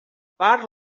part